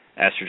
estrogen